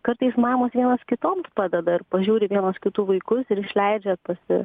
kartais mamos vienos kitoms padeda ir pažiūri vienos kitų vaikus ir išleidžia pasi